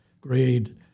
grade